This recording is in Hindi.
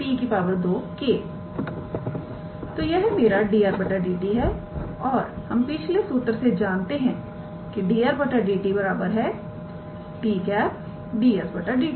तो यह मेरा 𝑑 𝑟⃗ 𝑑𝑡 है और हम पिछले सूत्र से जानते हैं 𝑑 𝑟⃗ 𝑑𝑡 𝑡̂ 𝑑𝑠 𝑑𝑡